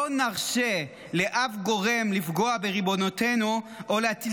לא נרשה לאף גורם לפגוע בריבונותנו או להטיל